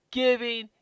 giving